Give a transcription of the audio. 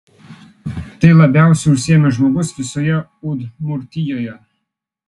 tai labiausiai užsiėmęs žmogus visoje udmurtijoje